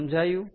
સમજાયું